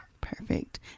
Perfect